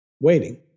waiting